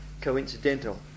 coincidental